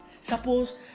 suppose